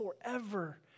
forever